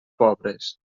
pobres